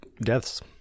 deaths